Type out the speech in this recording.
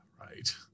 Right